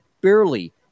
barely